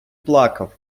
плакав